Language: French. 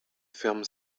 ferme